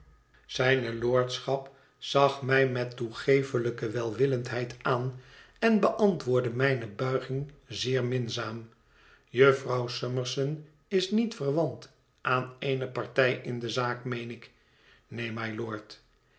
zijne lordschap zag mij met toegeeflijke welwillendheid aan en beantwoordde mijne buiging zeer minzaam jufvrouw summerson is niet verwant aan eene partij in de zaak meen ik neen mylord